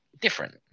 different